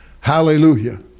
Hallelujah